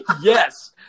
Yes